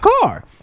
car